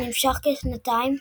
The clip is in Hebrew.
הנמשך כשנתיים,